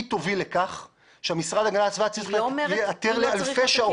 היא תוביל לכך שהמשרד להגנת הסביבה צריך להיעתר לאלפי שעות.